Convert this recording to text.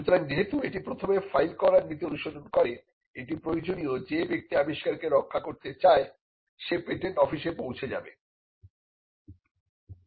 সুতরাং যেহেতু এটি প্রথমে ফাইল করার নীতি অনুসরণ করে এটি প্রয়োজনীয় যে ব্যক্তি তার আবিষ্কার কে রক্ষা করতে চায় সে পেটেন্ট অফিসে পৌঁছে যাবে